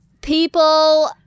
People